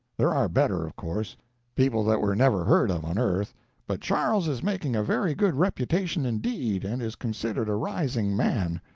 there are better, of course people that were never heard of on earth but charles is making a very good reputation indeed, and is considered a rising man.